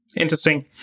Interesting